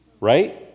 right